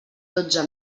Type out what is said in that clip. dotze